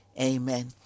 Amen